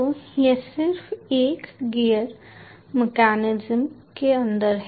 तो यह सिर्फ एक गियर मेकैनिज्म के अंदर है